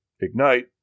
Ignite